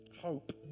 hope